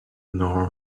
nor